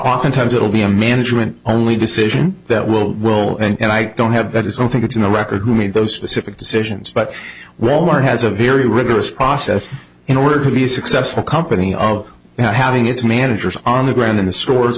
oftentimes it'll be a management only decision that will will and i don't have that is don't think it's in the record who made those specific decisions but well mark has a very rigorous process in order to be successful company of having its managers on the ground in the stores